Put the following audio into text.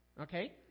Okay